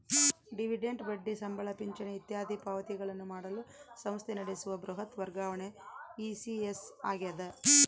dividend ಬಡ್ಡಿ ಸಂಬಳ ಪಿಂಚಣಿ ಇತ್ಯಾದಿ ಪಾವತಿಗಳನ್ನು ಮಾಡಲು ಸಂಸ್ಥೆ ನಡೆಸುವ ಬೃಹತ್ ವರ್ಗಾವಣೆ ಇ.ಸಿ.ಎಸ್ ಆಗ್ಯದ